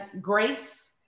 grace